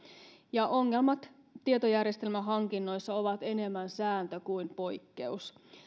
ja ongelmat tietojärjestelmähankinnoissa ovat enemmän sääntö kuin poikkeus